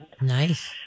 Nice